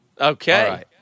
Okay